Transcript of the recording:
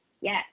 Yes